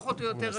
פחות או יותר.